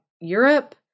Europe